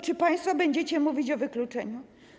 Czy państwo będziecie mówić o wykluczeniu?